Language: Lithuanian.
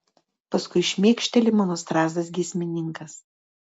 paskui šmėkšteli mano strazdas giesmininkas